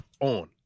on